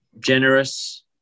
generous